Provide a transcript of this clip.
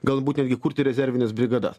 galbūt netgi kurti rezervines brigadas